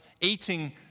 eating